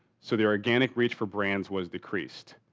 so, the organic reach for brands was decreased.